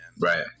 Right